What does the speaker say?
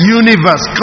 universe